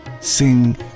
sing